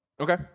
Okay